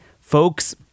Folks